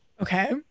Okay